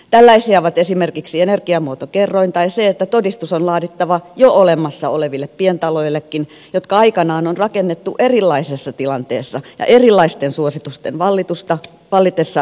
tällaisia ovat esimerkiksi energiamuotokerroin tai se että todistus on laadittava jo olemassa oleville pientaloillekin jotka aikanaan on rakennettu erilaisessa tilanteessa ja erilaisten suositusten vallitessa verrattuna nykypäivään